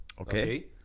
Okay